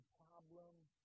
problems